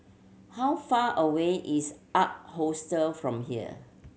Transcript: how far away is Ark Hostel from here